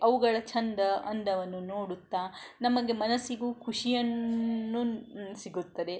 ಅವುಗಳ ಚಂದ ಅಂದವನ್ನು ನೋಡುತ್ತಾ ನಮಗೆ ಮನಸ್ಸಿಗೂ ಖುಷಿಯನ್ನು ಸಿಗುತ್ತದೆ